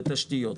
בתשתיות,